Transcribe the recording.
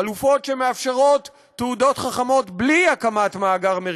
חלופות שמאפשרות תעודות חכמות בלי הקמת מאגר מרכזי.